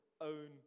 own